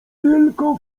tylko